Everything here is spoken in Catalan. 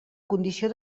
condició